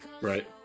Right